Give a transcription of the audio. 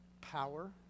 Power